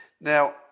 Now